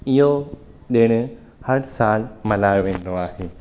इहो ॾिणु हर साल मल्हायो वेंदो आहे